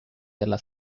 della